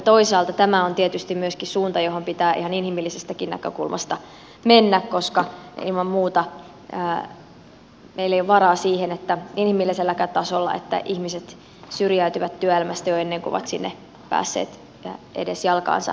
toisaalta tämä on tietysti myöskin suunta johon pitää ihan inhimillisestäkin näkökulmasta mennä koska ilman muuta meillä ei ole varaa siihen inhimilliselläkään tasolla että ihmiset syrjäytyvät työelämästä jo ennen kuin ovat sinne päässeet edes jalkaansa ujuttamaan